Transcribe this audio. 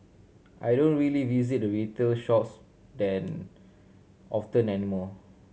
I don't really visit the retail shops than often anymore